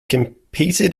competed